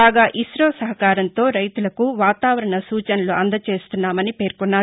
కాగా ఇస్తో సహకారంతో రైతులకు వాతావరణ సూచనలు అందజేస్తున్నామని వివరించారు